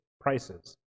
prices